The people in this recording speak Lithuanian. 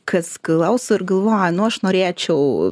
kas klauso ir galvoja nu aš norėčiau